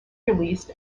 released